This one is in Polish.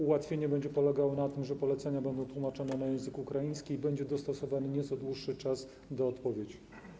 Ułatwienie będzie polegało na tym, że polecenia będą tłumaczone na język ukraiński i będzie dostosowany nieco dłuższy czas na odpowiedzi.